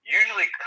usually